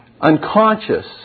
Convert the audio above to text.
unconscious